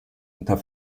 unter